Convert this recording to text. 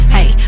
Hey